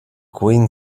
queen